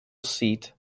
seat